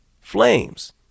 flames